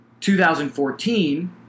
2014